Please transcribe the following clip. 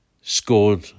scored